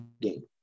game